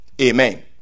Amen